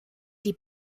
die